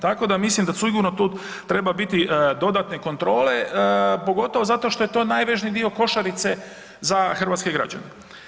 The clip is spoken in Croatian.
Tako da mislim da sigurno tu treba biti dodatne kontrole pogotovo zato što je to najvažniji dio košarice za hrvatske građane.